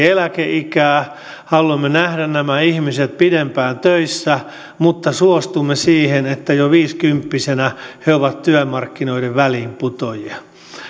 eläkeikää haluamme nähdä nämä ihmiset pidempään töissä mutta suostumme siihen että jo viisikymppisenä he ovat työmarkkinoiden väliinputoa jia